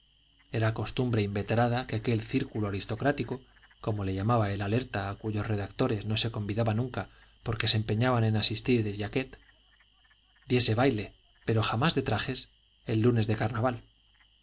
era costumbre inveterada que aquel círculo aristocrático como le llamaba el alerta a cuyos redactores no se convidaba nunca porque se empeñaban en asistir de jaquet diese baile pero jamás de trajes el lunes de carnaval